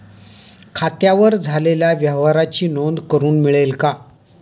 खात्यावर झालेल्या व्यवहाराची नोंद करून मिळेल का?